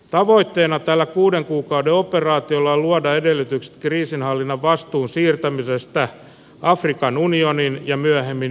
tavoitteena tällä kuuden kuukauden operaatiolla on luoda edellytykset kriisinhallinnan vastuun siirtämisestä afrikan unionin ja myöhemmin ykn operaatioille